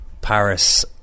Paris